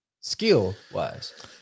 Skill-wise